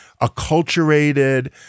acculturated